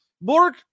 Borg